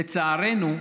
לצערנו,